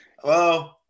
hello